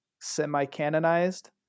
semi-canonized